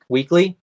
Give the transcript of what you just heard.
Weekly